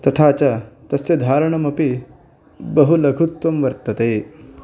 तथा च तस्य धारणमपि बहु लघुत्वं वर्तते